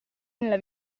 nella